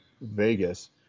Vegas